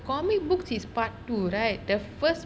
comic books is part two right the first